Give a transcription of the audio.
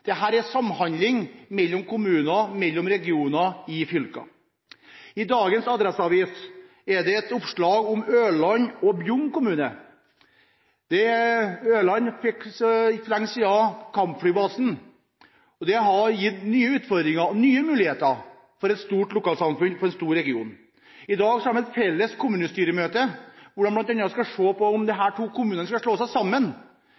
er samhandling mellom kommuner og regioner i fylker. I dagens Adresseavisen er det et oppslag om Ørland og Bjugn kommune. Ørland fikk for ikke lenge siden kampflybasen, og det har gitt nye utfordringer og nye muligheter for et stort lokalsamfunn, for en stor region. I dag har de et felles kommunestyremøte hvor de bl.a. skal se på om disse to kommunene skal slå seg sammen.